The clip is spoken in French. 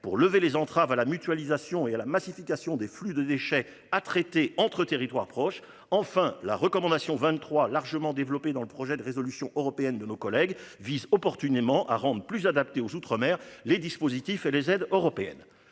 pour lever les entraves à la mutualisation et à la massification des flux de déchets à traiter entre territoires proches enfin la recommandation 23 largement développé dans le projet de résolution européenne de nos collègues vise opportunément à rendent plus adapté aux outre-mer les dispositifs et les aides européennes.